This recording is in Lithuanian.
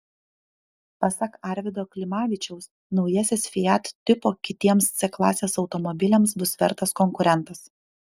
pasak arvydo klimavičiaus naujasis fiat tipo kitiems c klasės automobiliams bus vertas konkurentas